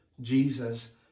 Jesus